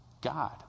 God